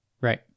Right